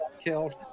killed